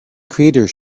creators